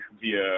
via